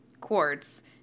quartz